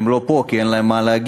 הם לא פה, כי אין להם מה להגיד.